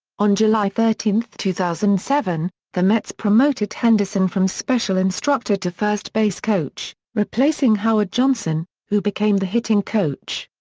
on july thirteen, two thousand and seven, the mets promoted henderson from special instructor to first base coach, replacing howard johnson, who became the hitting coach.